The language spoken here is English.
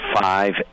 five